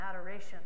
adoration